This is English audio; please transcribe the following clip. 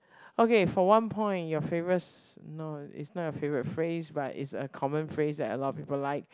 okay for one point your favorite ph~ no it's not your favorite phrase but it's a common phrase that a lot of people like